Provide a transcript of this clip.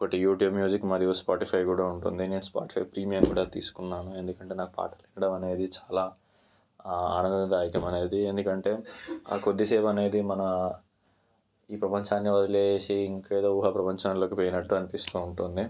ఒకటి YouTube music మరియు Spotify కూడా ఉంటుంది నేను స్ఫోటిఫై ప్రీమియం కూడా తీసుకున్నాను ఎందుకంటే నాకు పాటలు అనేది చాలా ఆనందదాయకమైనది ఎందుకంటే ఆ కొద్దిసేపనేది మన ఈ ప్రపంచాన్నే వదిలేసి ఇంకేదో ఊహా ప్రపంచంలోకి పోయినట్టు అనిపిస్తా ఉంటుంది